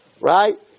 right